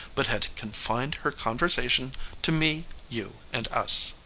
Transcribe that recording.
but had confined her conversation to me, you, and us.